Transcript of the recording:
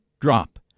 drop